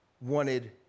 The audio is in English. wanted